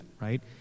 right